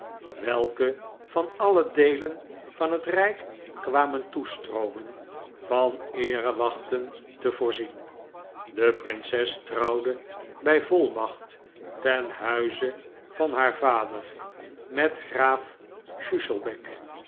welke van alle deelen van het rijk kwamen toestroomen van eerewachten te voorzien de prinses trouwde bij volmacht ten huize van haar vader met graaf